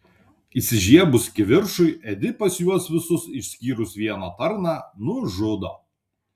įsižiebus kivirčui edipas juos visus išskyrus vieną tarną nužudo